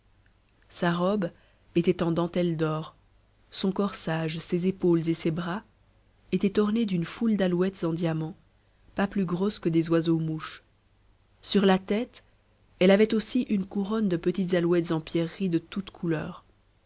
sa robe était en dentelle d'or son corsage ses épaules et ses bras étaient ornés d'une foule d'alouettes en diamants pas plus grosses que des oiseaux-mouches sur la tête elle avait aussi une couronne de petites alouettes en pierreries de toutes couleurs